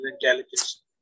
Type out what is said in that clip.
intelligence